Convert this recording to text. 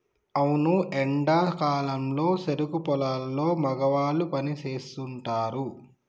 అవును ఎండా కాలంలో సెరుకు పొలాల్లో మగవాళ్ళు పని సేస్తుంటారు